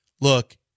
look